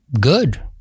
good